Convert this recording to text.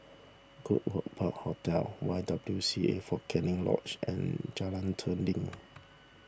Goodwood Park Hotel Y W C A fort Canning Lodge and Jalan Dinding